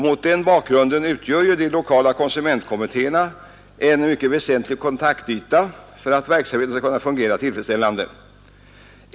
Mot den bakgrunden utgör de lokala konsumentkommittéerna en mycket väsentlig kontaktyta för att verksamheten skall kunna fungera tillfredsställande.